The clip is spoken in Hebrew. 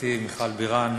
וחברתי מיכל בירן.